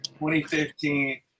2015